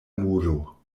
muro